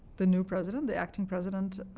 the new president, the acting president